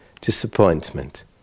disappointment